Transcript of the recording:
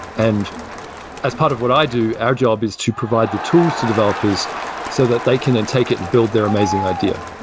and as part of what i do, our job is to provide the tools to developers so that they can then take it and build their amazing idea.